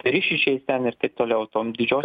rišičiais ir ten taip toliau tom didžiosiom